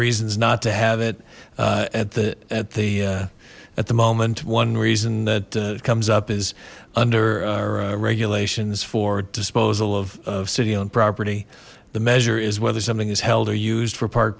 reasons not to have it at the at the at the moment one reason that comes up is under our regulations for disposal of city owned property the measure is whether something is held are used for par